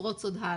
לפרוץ עוד הלאה.